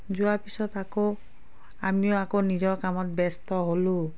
যোৱাৰ পিছত আকৌ আমিও আকৌ নিজৰ কামত ব্যস্ত হ'লোঁ